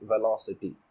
velocity